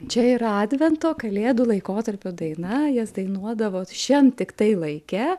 čia yra advento kalėdų laikotarpio daina jas dainuodavot šian tiktai laike